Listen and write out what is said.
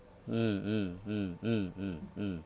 mm mm mm mm mm mm